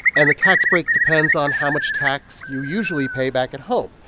and the tax break depends on how much tax you usually pay back at home.